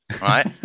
right